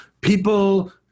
people